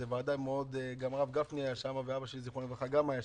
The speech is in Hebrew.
גם הרב גפני היה שם, וגם אבא שלי ז"ל היה שם.